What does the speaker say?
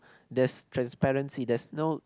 there's transparency there's no